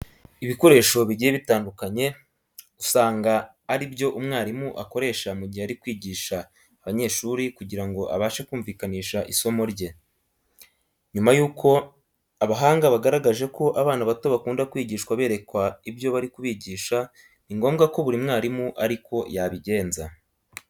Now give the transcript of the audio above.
Ibikoresho bigiye bitandukanye usanga ari byo umwarimu akoresha mu gihe ari kwigisha abanyeshuri kugira ngo abashe kumvikanisha isomo rye. Nyuma yuko abahanga bagaragaje ko abana bato bakunda kwigishwa berekwa ibyo bari kubigisha, ni ngombwa ko buri mwarimu ari ko yabigenza.